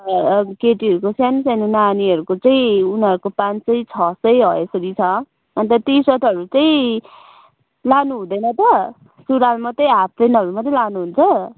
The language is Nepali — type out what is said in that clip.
अन्त केटीहरूको सानो सानो नानीहरूको चाहिँ उनीहरूको पाँच सय छ सय हो यसरी छ अन्त टी सर्टहरू चाहिँ लानु हुँदैन त सुराल मात्रै हाफप्यान्टहरू मात्रै लानुहुन्छ